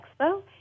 Expo